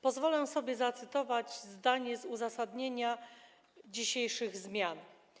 Pozwolę sobie zacytować zdanie z uzasadnienia dzisiejszych zmian.